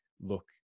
look